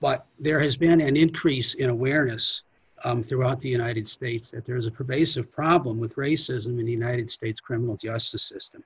but there has been an increase in awareness throughout the united states that there is a pervasive problem with racism in the united states criminal justice system